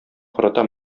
карата